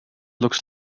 looks